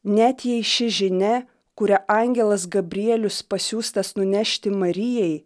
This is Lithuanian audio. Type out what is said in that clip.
net jei ši žinia kurią angelas gabrielius pasiųstas nunešti marijai